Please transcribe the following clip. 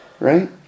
right